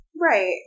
right